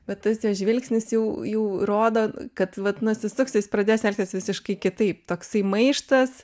bet tas jo žvilgsnis jau jau rodo kad vat nusisuksi jis pradės elgtis visiškai kitaip toksai maištas